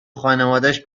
خانوادش